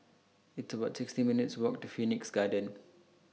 It's about sixty minutes' Walk to Phoenix Garden